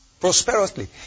Prosperously